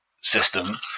system